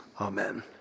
Amen